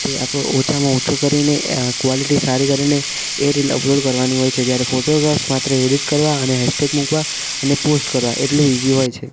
તે આપણો ઓછામાં ઓછો કરીને એ કોલેટી સારી કરીને એ રિલ અપલોડ કરવાની હોય છે જ્યારે ફોટોગ્રાફ્સ માત્ર એડિટ કરવા અને હેસટેગ મૂકવા અને પોસ્ટ કરવા એટલું ઇઝી હોય છે